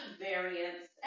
variants